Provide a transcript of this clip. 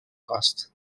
cost